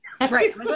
Right